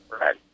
Right